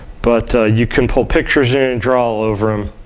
but, you can pull pictures in and draw all over them.